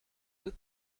good